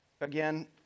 Again